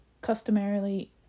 customarily